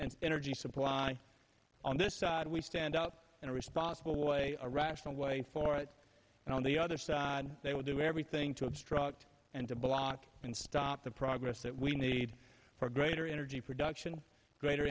and energy supply on this side we stand out in a responsible way a rational way forward and on the other side they will do everything to obstruct and to block and stop the progress that we need for greater energy production greater